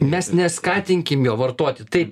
mes neskatinkim jo vartoti taip